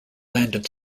landed